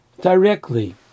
directly